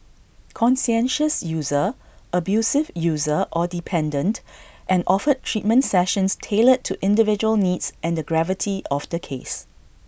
conscientious user abusive user or dependent and offered treatment sessions tailored to individual needs and the gravity of the case